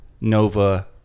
Nova